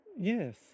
Yes